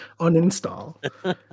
uninstall